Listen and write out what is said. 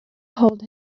hold